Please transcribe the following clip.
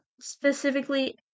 specifically